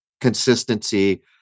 consistency